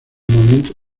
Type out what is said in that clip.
movimiento